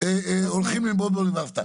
הולכים ללמוד באוניברסיטה?